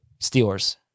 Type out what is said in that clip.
Steelers